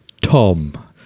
tom